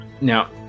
now